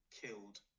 killed